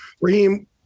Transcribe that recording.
Raheem –